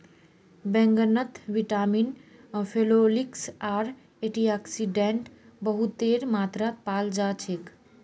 बैंगनत vitamin, phenolics आर antioxidant बहुतेर मात्रात पाल जा छेक